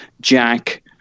Jack